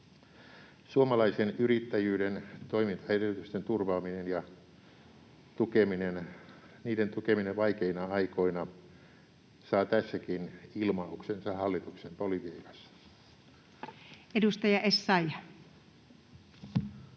Suomalaisen yrittäjyyden toimintaedellytysten turvaaminen ja tukeminen vaikeina aikoina saa tässäkin ilmauksensa hallituksen politiikassa. [Speech 115]